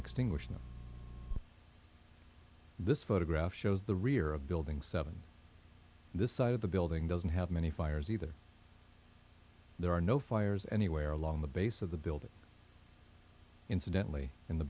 extinguish in this photograph shows the rear of the building seven this side of the building doesn't have many fires either there are no fires anywhere along the base of the building incidentally in the